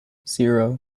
zero